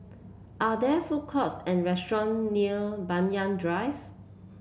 are there food courts and restaurant near Banyan Drive